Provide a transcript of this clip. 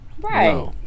Right